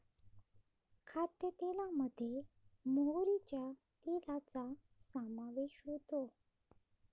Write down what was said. खाद्यतेलामध्ये मोहरीच्या तेलाचा समावेश होतो